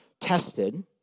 tested